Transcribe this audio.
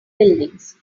buildings